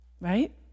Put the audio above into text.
Right